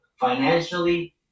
financially